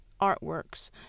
artworks